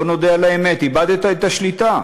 בוא נודה על האמת: איבדת את השליטה.